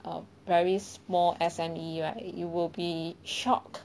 err very more S_M_E right you will be shocked